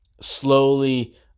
slowly